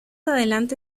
adelante